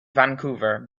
vancouver